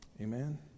Amen